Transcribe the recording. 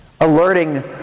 alerting